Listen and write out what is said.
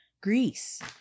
Greece